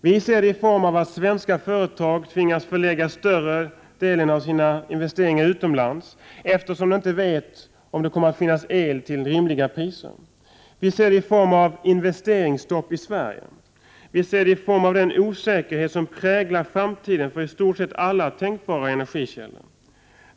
Vi ser detta i form av att svenska företag tvingas förlägga större delen av sina investeringar utomlands, eftersom de inte vet om det kommer att finnas el till rimliga priser. Vi ser detta i form av investeringsstopp i Sverige. Vi ser det i form av den osäkerhet som präglar framtiden för i stort sett alla tänkbara energikällor.